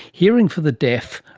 hearing for the deaf,